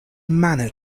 manner